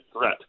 threat